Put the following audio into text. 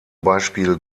beispiel